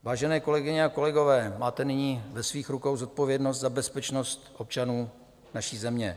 Vážené kolegyně a kolegové, máte nyní ve svých rukou zodpovědnost za bezpečnost občanů naší země.